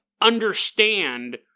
understand